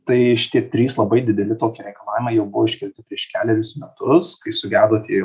tai šitie trys labai dideli tokie reikalavimai jau buvo iškelti prieš kelerius metus kai sugedo tie